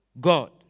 God